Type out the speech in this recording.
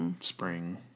spring